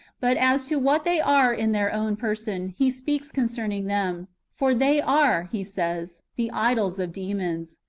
but as to what they are in their own person, he speaks concerning them for they are, he says, the idols of demons.